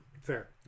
Fair